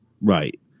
right